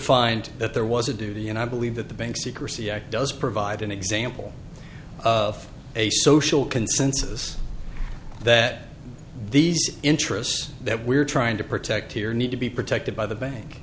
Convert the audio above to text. find that there was a duty and i believe that the bank secrecy act does provide an example of a social consensus that these interests that we're trying to protect here need to be protected by the